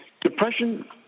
Depression